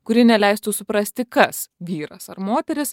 kuri neleistų suprasti kas vyras ar moteris